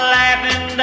laughing